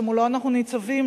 שמולו אנחנו ניצבים,